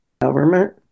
government